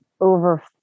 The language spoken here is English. over